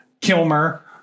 Kilmer